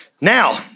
Now